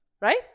Right